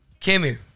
Kimmy